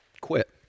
quit